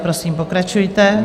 Prosím, pokračujte.